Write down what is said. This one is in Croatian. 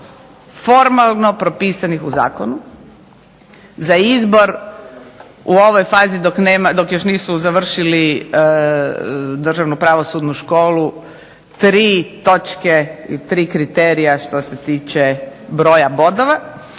formalno propisanih u zakonu za izbor u ovoj fazi dok nema, dok još nisu završili Državnu pravosudnu školu, 3 točke ili 3 kriterija što se tiče broja bodova